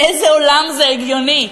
באיזה עולם זה הגיוני?